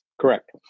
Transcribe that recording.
Correct